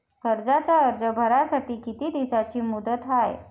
कर्जाचा अर्ज भरासाठी किती दिसाची मुदत हाय?